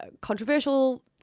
controversial